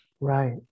right